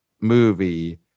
movie